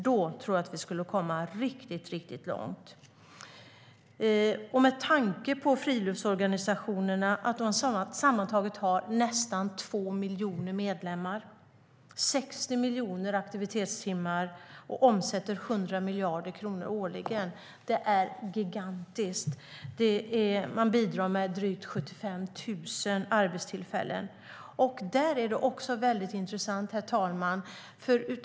Då tror jag att vi skulle komma riktigt långt. Friluftsorganisationerna har sammantaget nästan två miljoner medlemmar, 60 miljoner aktivitetstimmar och omsätter 100 miljarder kronor årligen. Det är gigantiskt. Man bidrar med drygt 75 000 arbetstillfällen. Det är också intressant.